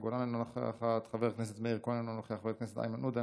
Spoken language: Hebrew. חברת הכנסת מאי גולן,